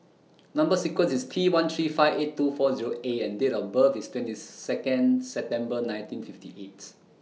Number sequence IS T one three five eight two four Zero A and Date of birth IS twenty Second September nineteen fifty eighth